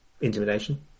Intimidation